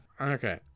Okay